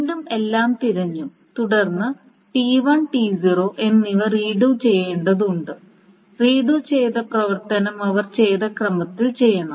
വീണ്ടും എല്ലാം തിരഞ്ഞു തുടർന്ന് T1 T0 എന്നിവ റീഡു ചെയ്യേണ്ടതുണ്ട് റീഡു ചെയ്ത പ്രവർത്തനം അവർ ചെയ്ത ക്രമത്തിൽ ചെയ്യണം